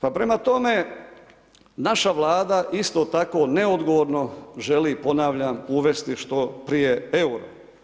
Pa prema tome naša Vlada isto tako neodgovorno želi ponavljam uvesti što prije euro.